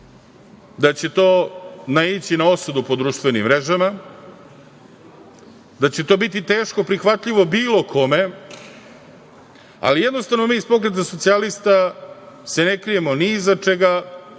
da će to naići na osudu po društvenim mrežama, da će to biti teško prihvatljivo bilo kome, ali jednostavno mi iz Pokreta socijalista se ne krijemo ni iza čega